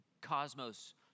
cosmos